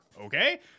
okay